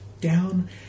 down